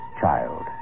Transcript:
child